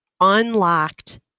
unlocked